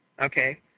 okay